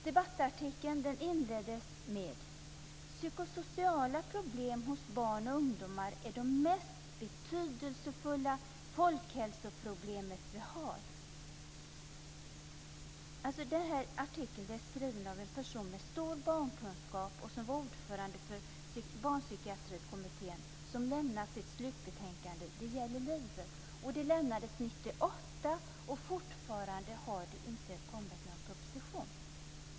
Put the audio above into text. Debattartikeln inleddes så här: Psykosociala problem hos barn och ungdomar är det mest betydelsefulla folkhälsoproblemet vi har. Den här artikeln är skriven av en person som har stor barnkunskap och som var ordförande i Barnpsykiatrikommittén, som lämnade sitt slutbetänkande Det gäller livet 1998. Det har fortfarande inte kommit någon proposition.